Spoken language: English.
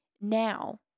Now